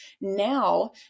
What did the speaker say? now